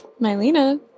Mylena